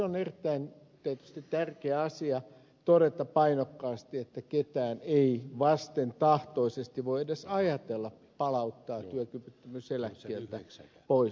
on tietysti erittäin tärkeä asia todeta painokkaasti että ketään ei vastentahtoisesti voi edes ajatella palauttaa työkyvyttömyyseläkkeeltä pois